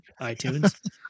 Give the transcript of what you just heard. iTunes